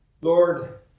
Lord